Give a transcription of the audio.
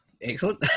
excellent